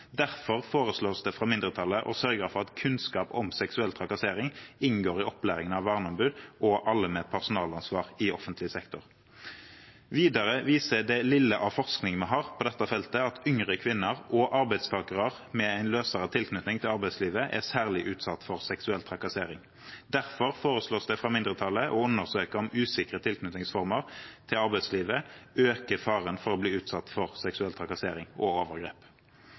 Derfor foreslås det fra mindretallet å «sørge for at kunnskap om seksuell trakassering inngår i opplæringen av verneombud, og i opplæring av alle med personalansvar i offentlig sektor». Videre viser det lille av forskning vi har på dette feltet, at yngre kvinner og arbeidstakere med en løsere tilknytning til arbeidslivet er særlig usatt for seksuell trakassering. Derfor foreslås det fra mindretallet å «undersøke om usikre tilknytningsformer til arbeidslivet øker faren for å bli utsatt for seksuell trakassering og overgrep».